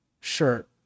shirt